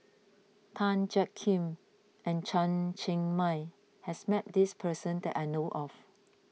Tan Jiak Kim and Chen Cheng Mei has met this person that I know of